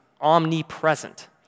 omnipresent